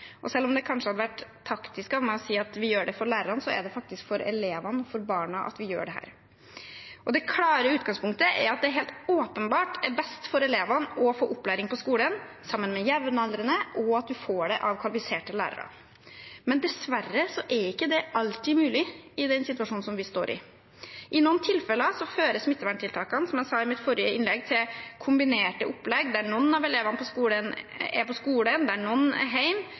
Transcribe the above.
Selv om det kanskje hadde vært taktisk av meg å si at vi gjør det for lærerne, er det for elevene, for barna, vi gjør dette. Det klare utgangspunktet er at det helt åpenbart er best for elevene å få opplæring på skolen sammen med jevnaldrende og av kvalifiserte lærere. Dessverre er ikke dette alltid mulig i den situasjonen vi står i. I noen tilfeller fører smitteverntiltakene, som jeg sa i mitt forrige innlegg, til kombinerte opplegg, der noen av elevene er på skolen og noen er hjemme, der det er bruk av ukvalifiserte lærere og mye selvstendig arbeid, og der det er endringer fra dag til dag fordi noen